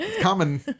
common